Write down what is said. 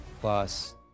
plus